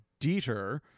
Dieter